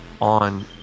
on